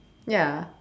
ya